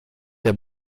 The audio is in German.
der